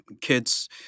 Kids